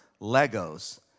Legos